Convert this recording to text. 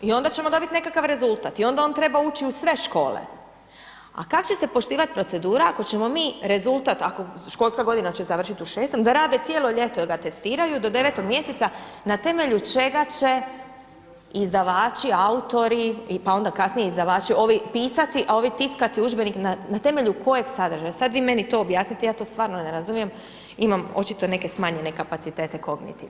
I onda ćemo dobiti nekakav rezultat, i onda on treba ući u sve škole, a kad će se poštivat procedura ako ćemo mi rezultat, ako, školska godina će završiti u 6-om, da rade cijelo ljeto, da ga testiraju do 9-og mjeseca, na temelju čega će izdavači, autori, pa onda kasnije izdavači, ovi pisati, a ovi tiskati udžbenike, na temelju kojeg sadržaja, sad vi meni to objasnite, ja to stvarno ne razumijem, imam očito neke smanjenje kapacitete kognitiv.